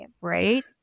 right